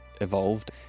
evolved